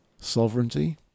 sovereignty